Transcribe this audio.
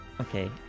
Okay